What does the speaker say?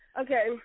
Okay